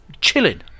chilling